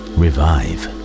revive